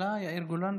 הכלכלה יאיר גולן,